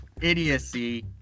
idiocy